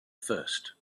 first